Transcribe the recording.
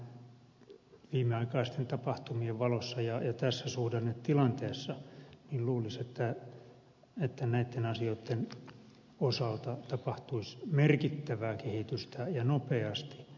nimenomaan viimeaikaisten tapahtumien valossa ja tässä suhdannetilanteessa luulisi että näitten asioitten osalta tapahtuisi merkittävää kehitystä ja nopeasti